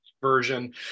version